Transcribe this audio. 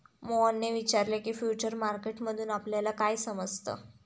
मोहनने विचारले की, फ्युचर मार्केट मधून आपल्याला काय समजतं?